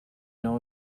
know